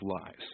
lies